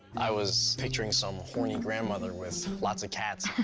i was picturing some horny grandmother with lots of cats.